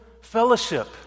fellowship